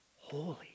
holy